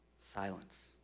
Silence